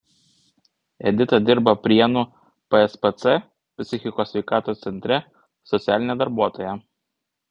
edita dirba prienų pspc psichikos sveikatos centre socialine darbuotoja